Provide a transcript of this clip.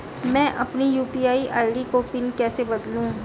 मैं अपनी UPI ID का पिन कैसे बदलूं?